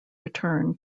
return